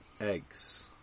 Eggs